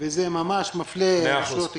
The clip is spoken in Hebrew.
וזה ממש מפלה את הרשויות הקטנות.